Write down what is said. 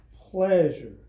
pleasure